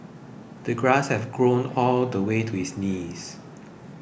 the grass had grown all the way to his knees